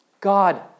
God